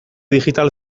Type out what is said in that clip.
digital